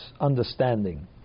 understanding